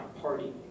party